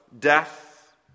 death